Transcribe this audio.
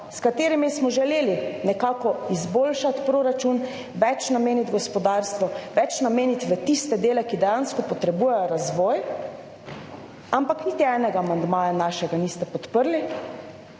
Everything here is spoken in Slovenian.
s katerimi smo želeli nekako izboljšati proračun, več nameniti gospodarstvu, več nameniti v tiste dele, ki dejansko potrebujejo razvoj, ampak niti enega amandmaja našega niste podprli,